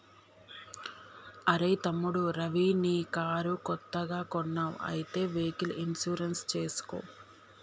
అరెయ్ తమ్ముడు రవి నీ కారు కొత్తగా కొన్నావ్ అయితే వెహికల్ ఇన్సూరెన్స్ చేసుకో